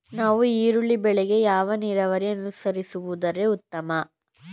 ನಾವು ಈರುಳ್ಳಿ ಬೆಳೆಗೆ ಯಾವ ನೀರಾವರಿ ಅನುಸರಿಸಿದರೆ ಉತ್ತಮ?